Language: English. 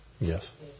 Yes